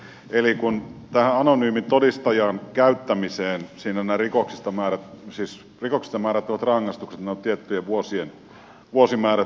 eli kun tähän anonyymin todistajan käyttämiseen nämä rikoksista määrättävien rangaistusten tietyt vuosimäärät ovat tulleet niin mistä nämä vuosimäärät ovat tulleet tähän lakiesitykseen